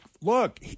look